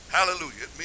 Hallelujah